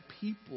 people